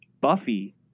Buffy